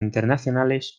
internacionales